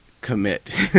commit